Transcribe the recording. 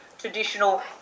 traditional